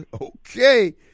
okay